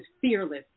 fearless